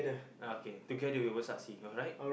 uh okay together we will succeed alright